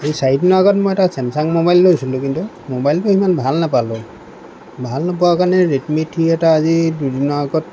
চাৰিদিনৰ আগত মই এটা চেমচাং মোবাইল লৈছিলোঁ কিন্তু মোবাইলটো ইমান ভাল নাপালোঁ ভাল নোপোৱা কাৰণে ৰেডমি থ্ৰী এটা আজি দুদিনৰ আগত